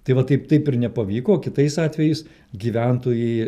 tai va taip taip ir nepavyko o kitais atvejais gyventojai